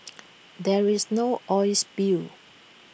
there is no oil spill